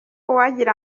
uwagira